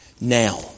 now